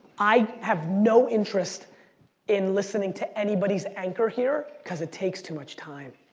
i have no interest in listening to anybody's anchor here because it takes too much time.